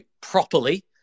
properly